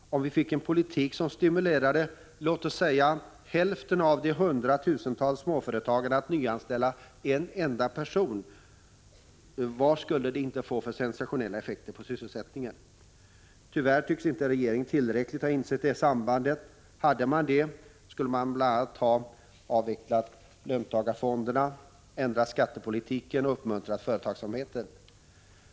Om det fördes en politik som stimulerade låt oss säga hälften av de hundratusentals småföretagarna att nyanställa en enda person, skulle det kunna innebära sensationella effekter för sysselsättningen. Tyvärr tycks inte regeringen tillräckligt ha insett detta samband. Hade den det, skulle den bl.a. ha avvecklat löntagarfonderna, ändrat skattepolitiken och uppmuntrat företagsamheten.